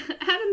Adam